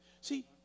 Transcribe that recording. See